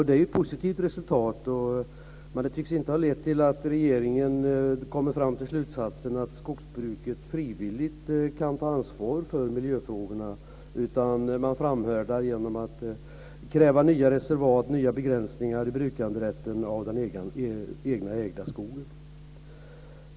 Det är ett positivt resultat, men det tycks inte ha lett till att regeringen kommer fram till slutsatsen att skogsbruket frivilligt kan ta ansvar för miljöfrågorna, utan man framhärdar i att kräva nya reservat, nya begränsningar i brukanderätten i den egenägda skogen.